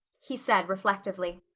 he said reflectively,